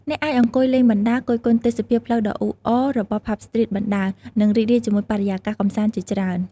អ្នកអាចអង្គុយលេងបណ្ដើរ គយគន់ទេសភាពផ្លូវដ៏អ៊ូអររបស់ ផាប់ ស្ទ្រីត បណ្ដើរ និងរីករាយជាមួយបរិយាកាសកម្សាន្តជាច្រើន។